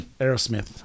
Aerosmith